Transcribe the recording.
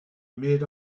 made